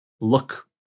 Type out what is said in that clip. look